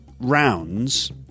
rounds